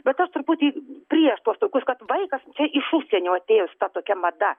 bet aš truputį prieš tuos tokius kad vaikas iš užsienio atėjus ta tokia mada